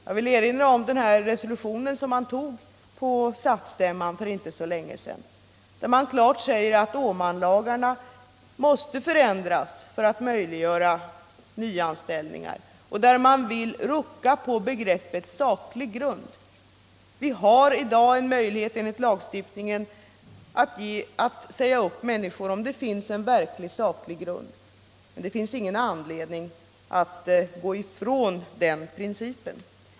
Jag vill erinra om den resolution som SAF-stämman antog för inte så länge sedan, där man klart uttalade att Åmanlagarna måste förändras för att möjliggöra nyanställningar. Man vill rucka på begreppet saklig grund. Man har i dag en möjlighet enligt lagstiftningen att säga upp människor om det finns en verklig saklig grund, och det finns ingen anledning att gå ifrån den principen.